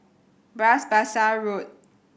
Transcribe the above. Bras Basah Road